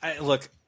Look